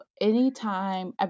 anytime